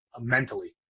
Mentally